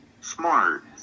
smart